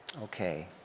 okay